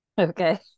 Okay